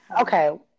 Okay